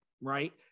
right